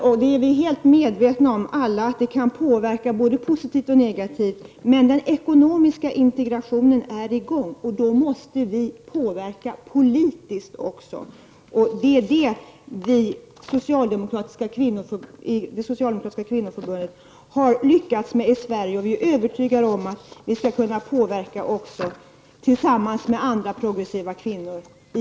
Vi är alla medvetna om att det här kan påverka både positivt och negativt. Men den ekonomiska integrationen är i gång, och då måste vi påverka politiskt också. Det har vi i det socialdemokratiska kvinnoförbundet lyckats med i Sverige. Vi är övertygade om att vi skall kunna påverka också, tillsammans med andra progressiva kvinnor, i